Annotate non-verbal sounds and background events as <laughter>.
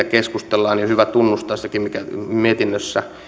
<unintelligible> keskustellaan niin on hyvä tunnustaa sekin mikä mietinnössä